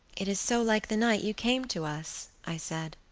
it is so like the night you came to us, i said.